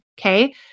Okay